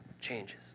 changes